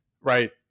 Right